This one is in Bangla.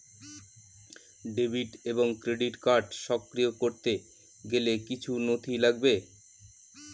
ডেবিট এবং ক্রেডিট কার্ড সক্রিয় করতে গেলে কিছু নথি লাগবে?